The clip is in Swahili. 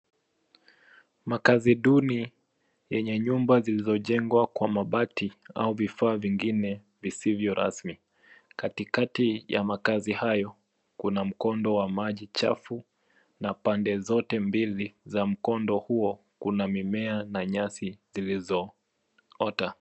Makazi duni yenye nyumba zilizojengwa kwa mabati au vifaa vingine visivyo rasmi. Katikati ya makazi hayo, kuna mkondo wa maji safi na pande zote mbili za mkondo huo kuna mimea na nyasi zilizoota.